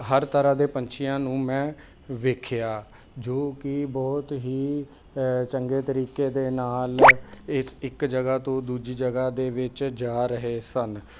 ਹਰ ਤਰ੍ਹਾਂ ਦੇ ਪੰਛੀਆਂ ਨੂੰ ਮੈਂ ਵੇਖਿਆ ਜੋ ਕਿ ਬਹੁਤ ਹੀ ਚੰਗੇ ਤਰੀਕੇ ਦੇ ਨਾਲ ਇੱਕ ਜਗ੍ਹਾ ਤੋਂ ਦੂਜੀ ਜਗ੍ਹਾ ਦੇ ਵਿੱਚ ਜਾ ਰਹੇ ਸਨ